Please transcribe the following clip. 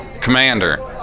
Commander